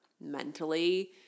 mentally